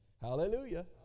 Hallelujah